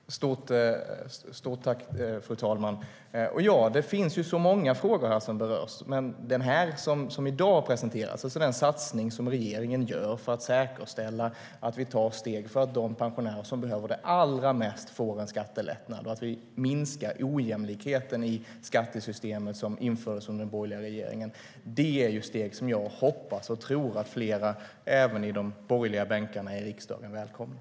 Fru talman! Stort tack, Erik Ezelius! Det finns många frågor som berörs av detta. Den satsning som i dag har presenterats av regeringen för att säkerställa att vi tar steg för att de pensionärer som behöver det allra mest får en skattelättnad och att vi minskar den ojämlikhet i skattesystemet som infördes under den borgerliga regeringen är ett steg som jag hoppas och tror att flera även i de borgerliga bänkarna i riksdagen välkomnar.